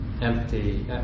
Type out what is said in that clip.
empty